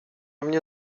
mnie